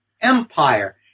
Empire